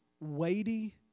weighty